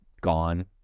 gone